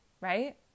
right